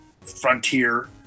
Frontier